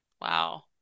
Wow